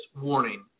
warning